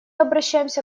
обращаемся